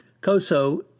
COSO